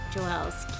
Joelle's